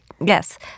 Yes